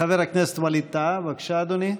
חבר הכנסת ווליד טאהא, בבקשה, אדוני.